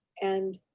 and,